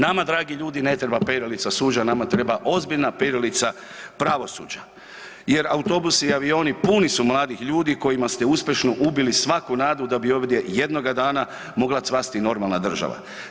Nama dragi ljudi, ne treba perilica suđa, nama treba ozbiljna perilica pravosuđa jer autobusi i avioni puni su mladih ljudi kojima ste uspješno ubili svaku nadu da bi ovdje jednoga dana mogla cvasti normalna država.